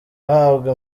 ahabwa